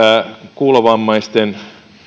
kuulovammaisten